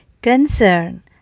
Concern